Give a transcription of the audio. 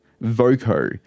Voco